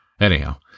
Anyhow